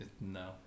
No